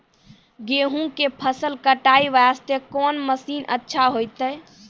गेहूँ के फसल कटाई वास्ते कोंन मसीन अच्छा होइतै?